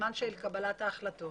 בזמן של קבלת ההחלטות